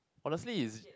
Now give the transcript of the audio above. honestly is